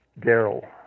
Daryl